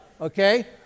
okay